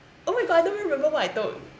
oh my god I don't even remember what I took